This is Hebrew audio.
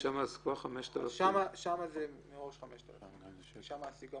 השאלה היא איך ניתן לחדד את זה כדי שגם לווים,